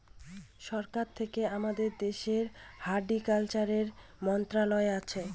সরকার থেকে আমাদের দেশের হর্টিকালচারের মন্ত্রণালয় আছে